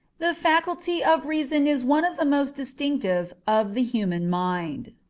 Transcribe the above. the faculty of reason is one of the most distinctive of the human mind.